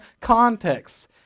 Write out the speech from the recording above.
context